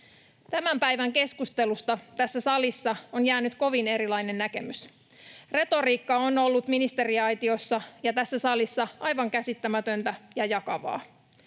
Tämän päivän keskustelusta tässä salissa on jäänyt kovin erilainen näkemys. Retoriikka on ollut ministeriaitiossa ja tässä salissa aivan käsittämätöntä ja jakavaa.